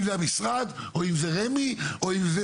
אם זה המשרד או אם זה רמ"י, או כל אחד.